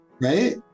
Right